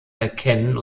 erkennen